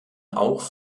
auch